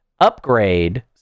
upgrade